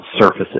surfaces